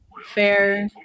fair